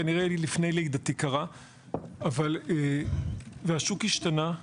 כנראה שזה קרה לפני לידתי והשוק השתנה,